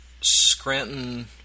Scranton